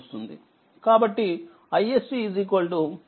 కాబట్టి isc four ampere